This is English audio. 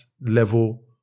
level